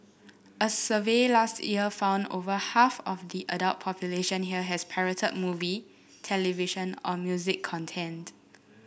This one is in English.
a survey last year found over half of the adult population here has pirated movie television or music content